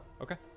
Okay